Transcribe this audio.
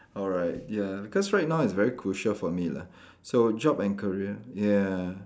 alright ya because right now it's very crucial for me lah so job and career ya